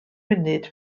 munud